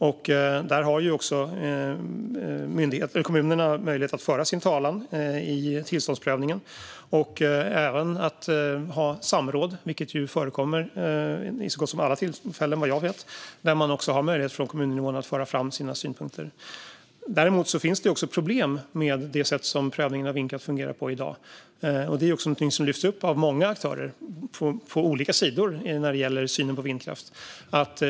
I det sammanhanget har myndigheter och kommuner möjlighet att föra sin talan och även att hålla samråd, vilket ju förekommer vid så gott som alla tillfällen, vad jag vet. Då har kommuninvånarna möjlighet att framföra sina synpunkter. Det finns dock problem med det sätt på vilket prövningen av vindkraft fungerar i dag. Detta lyfts upp av många aktörer på olika sidor när det gäller synen på vindkraft.